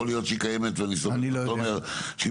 יכול להיות שהיא קיימת ואני סומך על תומר שאם